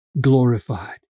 glorified